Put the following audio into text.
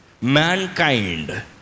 Mankind